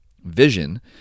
Vision